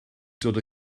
dod